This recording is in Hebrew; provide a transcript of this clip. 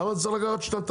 למה זה צריך לקחת שנתיים?